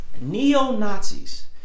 neo-Nazis